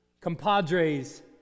compadres